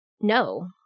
no